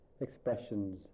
expressions